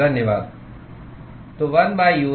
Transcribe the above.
तो 1 U1